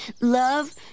Love